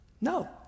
No